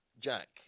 Jack